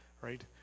right